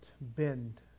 bend